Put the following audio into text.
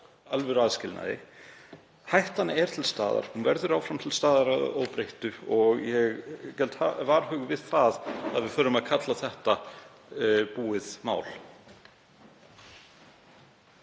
alvöruaðskilnaði. Hættan er til staðar. Hún verður áfram til staðar að óbreyttu og ég geld varhug við því að við förum að kalla þetta búið mál.